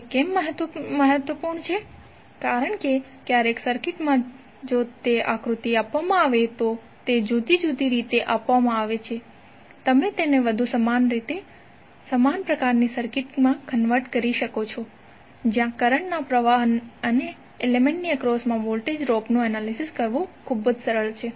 તે કેમ મહત્વનું છે કારણ કે ક્યારેક સર્કિટમાં જો તે આકૃતિ આપવામાં આવે તો તે જુદી જુદી રીતે આપવામાં આવે છે તમે તેને વધુ સમાન રીતે સમાન પ્રકારની સર્કિટમાં કન્વર્ટ કરી શકો છો જ્યાં કરંટના પ્રવાહ અને એલિમેન્ટની એક્રોસમા વોલ્ટેજ ડ્રોપનું એનાલિસિસ કરવું ખૂબ જ સરળ છે